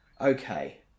okay